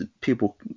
people